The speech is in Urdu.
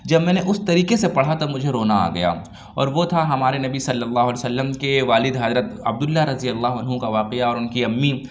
جب میں نے اُس طریقے سے پڑھا تب مجھے رونا آ گیا اور وہ تھا ہمارے نبی صلی اللہ علیہ وسلم کے والد حضرت عبداللہ رضی اللہ عنہ کا واقعہ اور اُن کی امّی